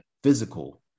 physical